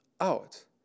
out